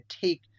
take